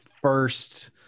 first